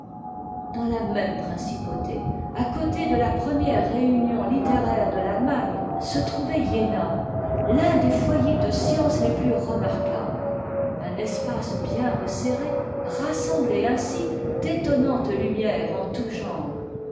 dans la même principauté à côté de la première réunion littéraire de l'allemagne se trouvait iena l'un des foyers de science les plus remarquables un espace bien resserré rassemblait ainsi d'étonnantes lumières en tout genre